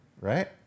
Right